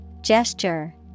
Gesture